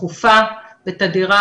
תכופה ותדירה,